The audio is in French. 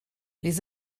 les